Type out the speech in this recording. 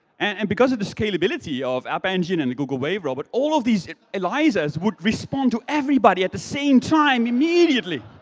and because of the scalability of app engine and google wave robot, all of these eliza's would respond to everybody at the same time immediately.